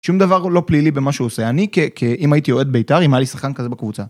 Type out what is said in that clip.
שום דבר הוא לא פלילי במה שהוא עושה, אני כ..כ..אם הייתי אוהד ביתר, אם היה לי שחקן כזה בקבוצה.